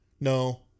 No